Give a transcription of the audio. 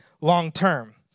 long-term